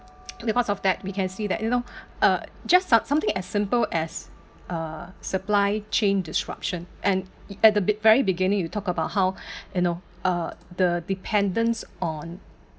and because of that we can see that you know just something as simple as a supply chain disruption and at the very beginning you talk about how you know uh the dependence on